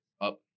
up